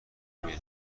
ملی